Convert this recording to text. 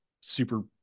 super